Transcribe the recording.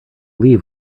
leave